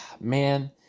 man